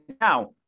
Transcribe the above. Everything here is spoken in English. now